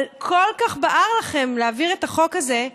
אבל כל כך בער לכם להעביר את החוק הזה,